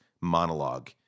monologue